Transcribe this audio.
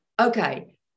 okay